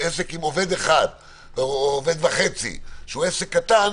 עם עובד אחד או עובד וחצי, שהוא עסק קטן,